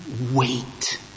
wait